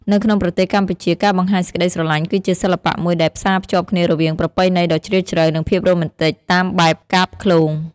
នៅក្នុងប្រទេសកម្ពុជា ការបង្ហាញសេចក្តីស្រឡាញ់គឺជាសិល្បៈមួយដែលផ្សារភ្ជាប់គ្នារវាងប្រពៃណីដ៏ជ្រាលជ្រៅ និងភាពរ៉ូមែនទិកតាមបែបកាព្យឃ្លោង។